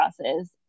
process